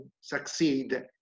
succeed